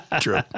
True